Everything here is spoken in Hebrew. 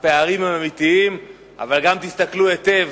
הפערים אמיתיים, אבל תסתכלו היטב